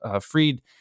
freed